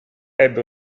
ebbe